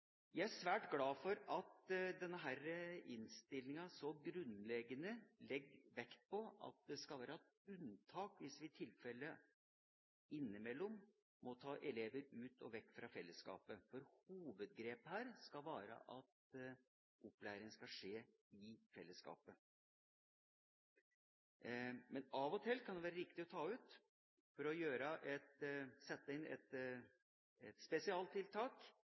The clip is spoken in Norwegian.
Jeg er svært glad for at denne innstillinga så grunnleggende legger vekt på at det skal være unntak hvis vi i tilfelle innimellom må ta elever ut og vekk fra fellesskapet. Hovedgrepet her skal være at opplæring skal skje i fellesskapet. Men av og til kan det være riktig å ta noen ut, for å sette inn et spesialtiltak,